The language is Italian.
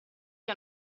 gli